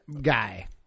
guy